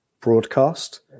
broadcast